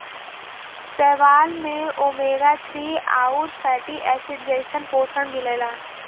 शैवाल में omega three आउर फैटी एसिड जइसन पोषण मिलला